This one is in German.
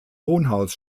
wohnhaus